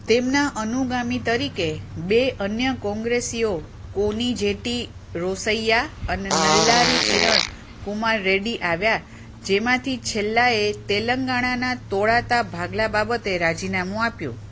તેમના અનુગામી તરીકે બે અન્ય કોંગ્રેસીઓ કોનીજેટી રોસૈયા અને નલ્લારી કિરણ કુમાર રેડ્ડી આવ્યા જેમાંથી છેલ્લાએ તેલંગાણાના તોળાતા ભાગલા બાબતે રાજીનામું આપ્યું